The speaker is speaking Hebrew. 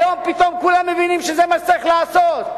היום פתאום כולם מבינים שזה מה שצריך לעשות.